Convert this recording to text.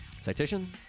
Citation